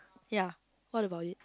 ya what about it